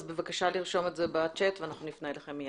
בבקשה לרשום בצ'ט ואנחנו נפנה אליכם.